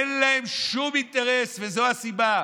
אין להם שום אינטרס, וזו הסיבה.